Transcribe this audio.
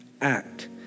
act